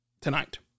tonight